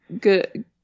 Good